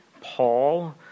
Paul